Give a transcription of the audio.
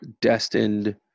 destined